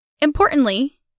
Importantly